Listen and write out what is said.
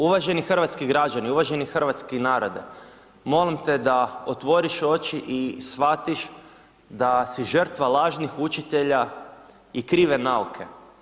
Uvaženi hrvatski građani, uvaženi hrvatski narode molim te da otvoriš oči i shvatiš da si žrtva lažnih učitelja i krive nauke.